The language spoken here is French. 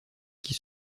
qui